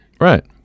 right